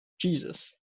Jesus